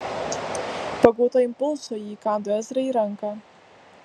pagauta impulso ji įkando ezrai į ranką